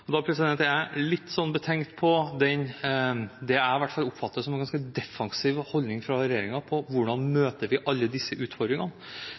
er litt betenkt, i hvert fall når det gjelder det jeg oppfatter som en defensiv holdning fra regjeringen, over hvordan vi møter alle disse utfordringene.